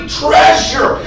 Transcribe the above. treasure